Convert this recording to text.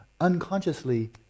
unconsciously